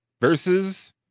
versus